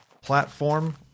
platform